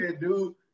dude